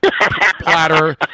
platter